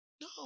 No